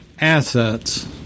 assets